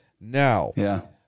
Now